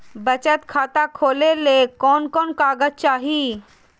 बचत खाता खोले ले कोन कोन कागज चाही?